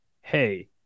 Hey